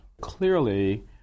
Clearly